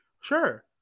Sure